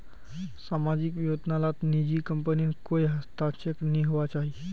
सामाजिक योजना लात निजी कम्पनीर कोए हस्तक्षेप नि होवा चाहि